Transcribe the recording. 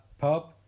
pub